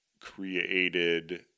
created